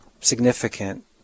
significant